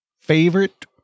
favorite